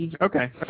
okay